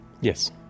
Yes